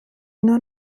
nur